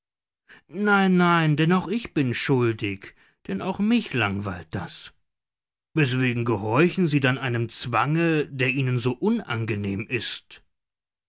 nein nein denn auch ich bin schuldig denn auch mich langweilt das weswegen gehorchen sie dann einem zwange der ihnen so unangenehm ist